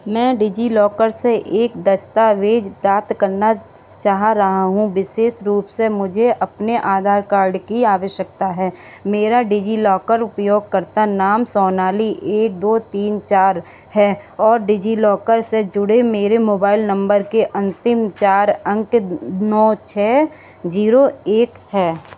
मैं डिज़िलॉकर से एक दस्तावेज़ प्राप्त करना चाह रहा हूँ विशेष रूप से मुझे अपने आधार कार्ड की आवश्यकता है मेरा डिज़िलॉकर उपयोगकर्ता नाम सोनाली एक दो तीन चार है और डिज़िलॉकर से जुड़े मेरे मोबाइल नम्बर के अन्तिम चार अंक नौ छह ज़ीरो एक हैं